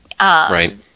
Right